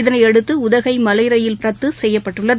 இதனையடுத்துஉதகைமலையில் ரத்துசெய்யப்பட்டுள்ளது